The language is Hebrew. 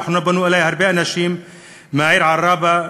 ולאחרונה פנו אלי הרבה אנשים מהעיר עראבה,